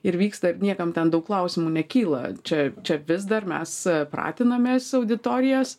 ir vyksta ir niekam ten daug klausimų nekyla čia čia vis dar mes pratinamės auditorijas